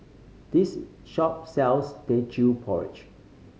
this shop sells Teochew Porridge